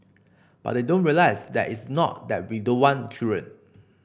but they don't realise that it's not that we don't want children